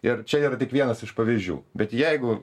ir čia yra tik vienas iš pavyzdžių bet jeigu